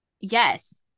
Yes